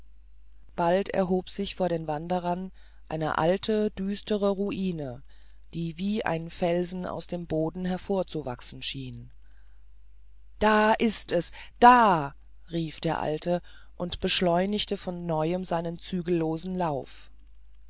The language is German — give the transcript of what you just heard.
bald erhob sich vor den wanderern eine alte düstere ruine die wie ein felsen aus dem boden hervorzuwachsen schien da ist es da rief der alte und beschleunigte von neuem seinen zügellosen lauf